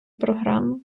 програми